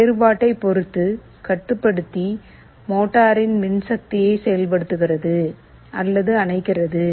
வேறுபாட்டைப் பொறுத்து கட்டுப்படுத்தி மோட்டாரின் மின்சக்தியை செயல்படுத்துகிறது அல்லது அணைக்கிறது